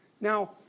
now